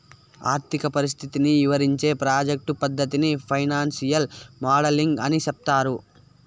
ఆర్థిక పరిస్థితిని ఇవరించే ప్రాజెక్ట్ పద్దతిని ఫైనాన్సియల్ మోడలింగ్ అని సెప్తారు